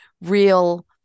real